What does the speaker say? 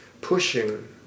pushing